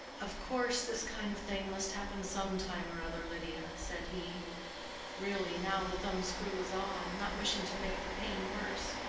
of course, this kind of thing must happen some time or other, lydia, said he really, now the thumb-screw was on, not wishing to make the pain worse.